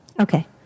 Okay